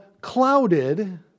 clouded